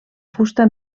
fusta